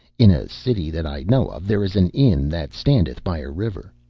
in a city that i know of there is an inn that standeth by a river.